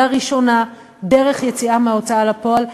לראשונה דרך יציאה מההוצאה לפועל,